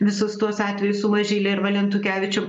visus tuos atvejus su mažyle ir valentukevičium